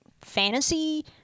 fantasy